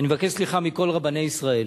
אני מבקש סליחה מכל רבני ישראל,